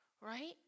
right